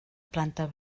planta